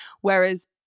Whereas